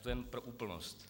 To jen pro úplnost.